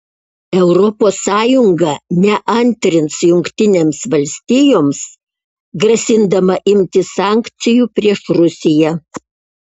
europos sąjunga neantrins jungtinėms valstijoms grasindama imtis sankcijų prieš rusiją